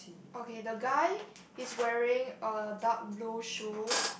okay the guy is wearing a dark blue shoe